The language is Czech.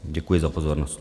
Děkuji za pozornost.